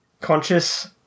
conscious